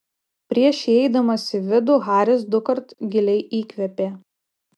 prieš įeidamas į vidų haris dukart giliai įkvėpė